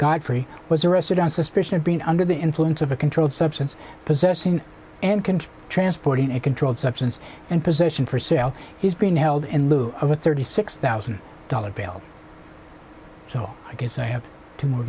godfrey was arrested on suspicion of being under the influence of a controlled substance possessing and control transporting a controlled substance and position for sale he's being held in lieu of a thirty six thousand dollars bail so i guess i have to more